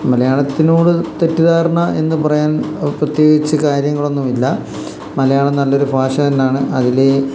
മലയാളത്തിനോട് തെറ്റിദ്ധാരണ എന്ന് പറയാൻ പ്രത്യേകിച്ച് കാര്യങ്ങളൊന്നും ഇല്ല മലയാളം നല്ലൊരു ഭാഷ തന്നെയാണ് അതിൽ ഈ